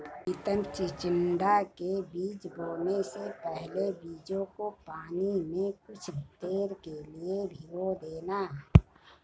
प्रितम चिचिण्डा के बीज बोने से पहले बीजों को पानी में कुछ देर के लिए भिगो देना